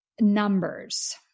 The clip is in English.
numbers